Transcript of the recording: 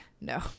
No